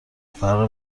فرق